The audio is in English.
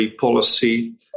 policy